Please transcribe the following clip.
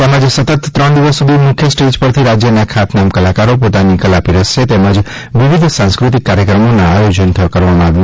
તેમજ સતત ત્રણ દિવસ સુધી મુખ્ય સ્ટેજ પરથી રાજ્યના ખ્યાતનામ કલાકારો પોતાની કલા પીરસશે તેમજ વિવિધ સાંસ્કૃતિક કાર્યક્રમોના આયોજનો થશે